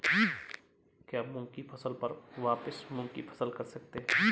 क्या मूंग की फसल पर वापिस मूंग की फसल कर सकते हैं?